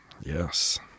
yes